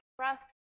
trust